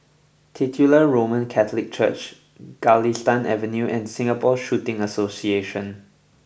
Titular Roman Catholic Church Galistan Avenue and Singapore Shooting Association